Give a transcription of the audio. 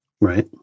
Right